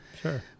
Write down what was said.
sure